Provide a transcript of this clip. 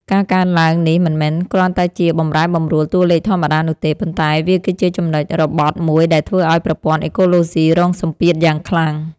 ការកើនឡើងនេះមិនមែនគ្រាន់តែជាបម្រែបម្រួលតួលេខធម្មតានោះទេ ប៉ុន្តែវាគឺជាចំណុចរបត់មួយដែលធ្វើឱ្យប្រព័ន្ធអេកូឡូស៊ីរងសម្ពាធយ៉ាងខ្លាំង។